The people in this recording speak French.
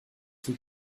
son